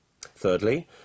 Thirdly